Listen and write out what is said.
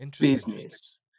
business